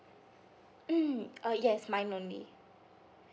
mm uh yes mine only